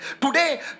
Today